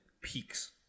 peaks